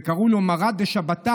וקראו לו מרא דשבתא,